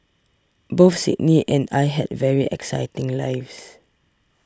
both Sydney and I had very exciting lives